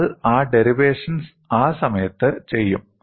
നമ്മൾ ആ ഡെറിവേഷൻ ആ സമയത്ത് ചെയ്യും